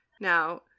now